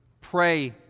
Pray